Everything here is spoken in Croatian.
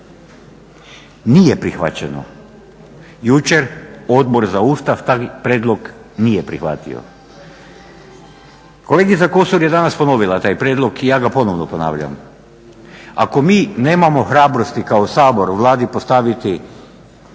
Nije prihvaćeno. Jučer Odbor za Ustav taj prijedlog nije prihvatio. Kolegica Kosor je danas ponovila taj prijedlog i ja ga ponovno ponavljam, ako mi nemamo hrabrosti kao Sabor Vladi postaviti